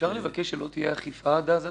אפשר לבקש שלא תהיה אכיפה עד אז,